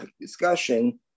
discussion